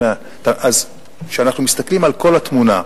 אז כשאנחנו מסתכלים על כל התמונה,